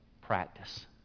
Practice